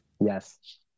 yes